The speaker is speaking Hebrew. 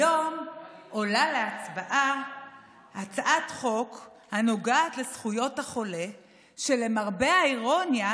היום עולה להצבעה הצעת חוק הנוגעת לזכויות החולה שלמרבה האירוניה,